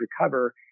recover